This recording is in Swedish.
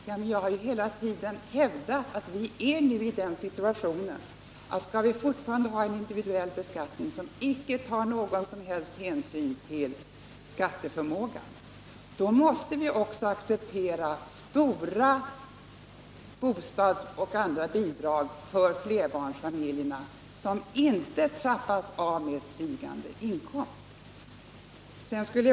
Men jag har hela tiden hävdat att vi befinner oss i den situationen att vi, om vi fortfarande skall ha en individuell beskattning som inte tar någon som helst hänsyn till skatteförmågan, också måste acceptera stora bostadsbidrag och andra bidrag till flerbarnsfamiljerna, bidrag som inte trappas av med stigande inkomst.